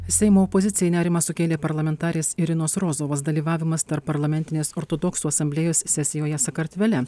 seimo opozicijai nerimą sukėlė parlamentarės irinos rozovos dalyvavimas tarpparlamentinės ortodoksų asamblėjos sesijoje sakartvele